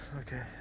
Okay